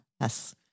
Yes